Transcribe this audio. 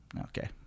Okay